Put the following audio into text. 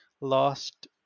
lost